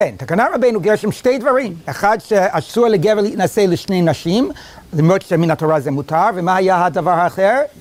כן, תקנה רבינו גרשום, שתי דברים, אחד שאסור לגבר להנשא לשני נשים, למרות שמן התורה זה מותר, ומה היה הדבר האחר?